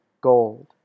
Gold